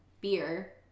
beer